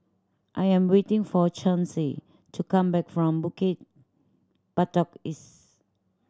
I am waiting for Chauncy to come back from Bukit Batok East